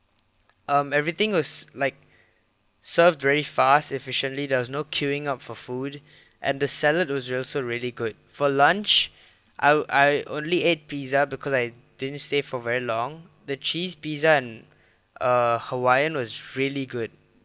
um everything was like served very fast efficiently there was no queueing up for food and the salad was also really good for lunch I I only ate pizza because I didn't stay for very long the cheese pizza and uh hawaiian was really good